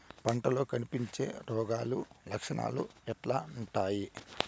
పంటల్లో కనిపించే రోగాలు లక్షణాలు ఎట్లుంటాయి?